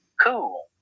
cool